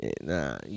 Nah